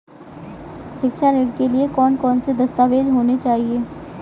शिक्षा ऋण के लिए कौन कौन से दस्तावेज होने चाहिए?